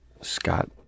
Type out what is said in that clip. Scott